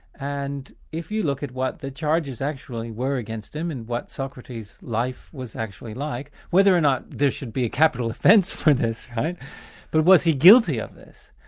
and if you look at what the charges actually were against him, and what socrates' life was actually like whether or not there should be a capital offence for this, right but was he guilty of this,